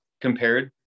compared